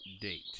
date